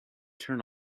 turn